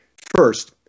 First